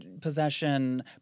possession